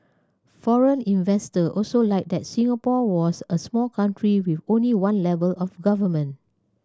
foreign investor also liked that Singapore was a small country with only one level of government